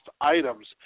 items